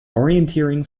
orienteering